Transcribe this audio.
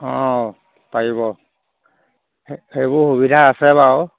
অঁ পাৰিব সে সেইবোৰ সুবিধা আছে বাৰু